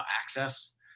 access